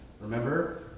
remember